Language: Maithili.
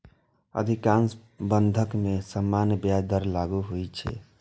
अधिकांश बंधक मे सामान्य ब्याज दर लागू होइ छै